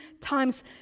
times